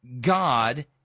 God